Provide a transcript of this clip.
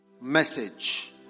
message